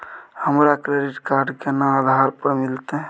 हमरा credit card केना आधार पर मिलते?